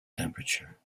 temperature